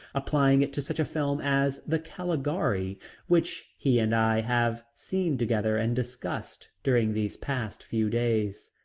applying it to such a film as the caligari which he and i have seen together and discussed during these past few days.